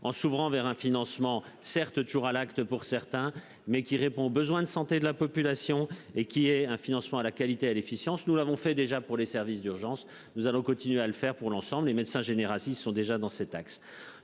en s'ouvrant vers un financement certes toujours à l'acte pour certains mais qui répond aux besoins de santé de la population et qui ait un financement à la qualité à l'efficience. Nous l'avons fait déjà pour les services d'urgence. Nous allons continuer à le faire pour l'ensemble des médecins généralistes sont déjà dans cet axe.